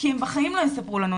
כי הם בחיים לא יספרו לנו.